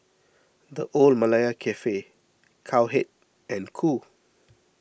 the Old Malaya Cafe Cowhead and Qoo